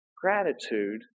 gratitude